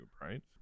right